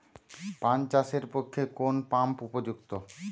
পান চাষের পক্ষে কোন পাম্প উপযুক্ত?